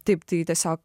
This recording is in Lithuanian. taip tai tiesiog